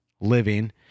living